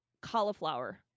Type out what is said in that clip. cauliflower